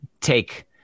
take